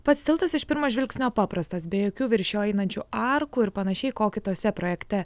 pats tiltas iš pirmo žvilgsnio paprastas be jokių virš jo einančių arkų ir pan ko kituose projekte